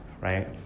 right